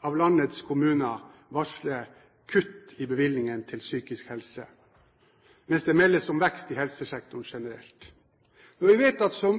av landets kommuner varsler kutt i bevilgningene til psykisk helse, mens det meldes om vekst i helsesektoren generelt. Når vi vet at så